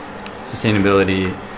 sustainability